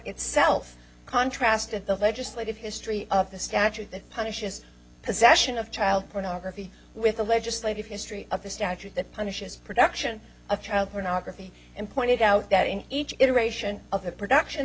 itself contrast of the legislative history of the statute that punishes possession of child pornography with the legislative history of the statute that punishes production of child pornography and pointed out that in each iteration of the production